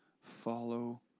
follow